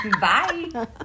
Bye